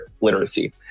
literacy